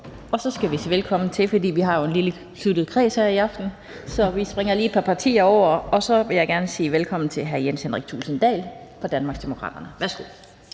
fru Camilla Fabricius. Vi er jo en lille sluttet kreds her i aften, så vi springer lige et par partier over, og så vil jeg gerne sige velkommen til hr. Jens Henrik Thulesen Dahl fra Danmarksdemokraterne. Værsgo.